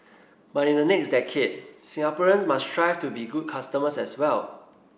but in the next decade Singaporeans must strive to be good customers as well